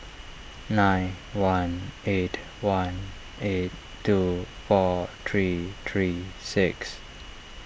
nine one eight one eight two four three three six